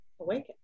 awaken